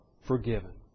forgiven